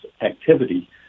activity